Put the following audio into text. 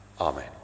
Amen